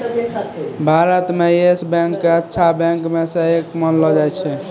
भारत म Yes Bank क अच्छा बैंक म स एक मानलो जाय छै